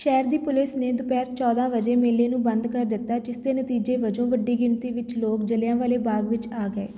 ਸ਼ਹਿਰ ਦੀ ਪੁਲਿਸ ਨੇ ਦੁਪਹਿਰ ਚੌਦਾਂ ਵਜੇ ਮੇਲੇ ਨੂੰ ਬੰਦ ਕਰ ਦਿੱਤਾ ਜਿਸ ਦੇ ਨਤੀਜੇ ਵਜੋਂ ਵੱਡੀ ਗਿਣਤੀ ਵਿੱਚ ਲੋਕ ਜਲ੍ਹਿਆਂਵਾਲੇ ਬਾਗ ਵਿੱਚ ਆ ਗਏ